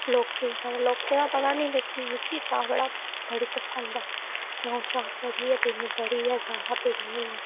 लोकें लोकें दा पता निं मिकी चाह् बड़ी पसंद ऐ अ'ऊं चाह् बड़ी पीन्नी बड़ी गै जादा पीन्नी होन्नी आं